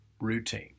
routine